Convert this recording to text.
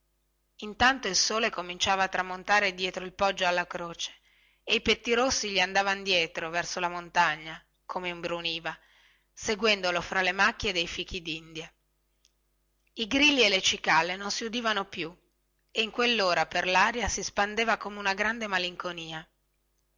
intanto il sole cominciava a tramontare dietro il poggio alla croce e i pettirossi gli andavano dietro verso la montagna come imbruniva seguendolo fra le macchie dei fichidindia i grilli e le cicale non si udivano più e in quellora per laria si spandeva come una gran malinconia